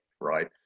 right